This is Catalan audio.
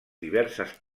diverses